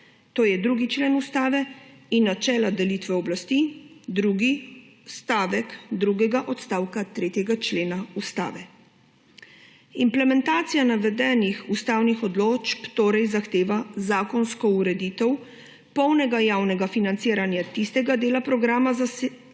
to je 2. člen Ustave, in načela delitve oblasti, drugi stavek drugega odstavka 3. člena Ustave. Implementacija navedenih ustavnih odločb torej zahteva zakonsko ureditev polnega javnega financiranja tistega dela programa zasebnih